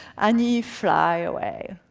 and he fly away.